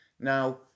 Now